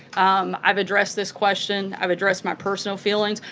um i've addressed this question. i've addressed my personal feelings.